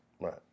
Right